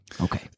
Okay